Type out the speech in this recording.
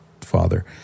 father